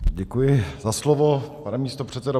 Děkuji za slovo, pane místopředsedo.